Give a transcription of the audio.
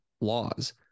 laws